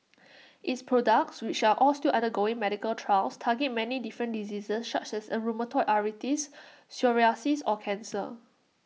its products which are all still undergoing medical trials target many different diseases such as A rheumatoid arthritis psoriasis or cancer